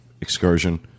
excursion